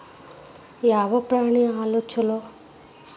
ಯಾವ ಪ್ರಾಣಿ ಹಾಲು ಛಲೋ?